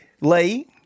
Lee